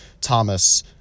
Thomas